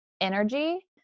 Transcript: energy